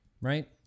right